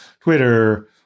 Twitter